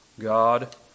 God